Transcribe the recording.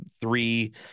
three